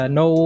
no